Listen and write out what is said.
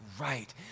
right